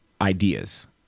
ideas